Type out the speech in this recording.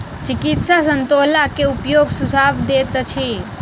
चिकित्सक संतोला के उपयोगक सुझाव दैत अछि